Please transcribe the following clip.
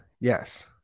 Yes